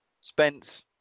Spence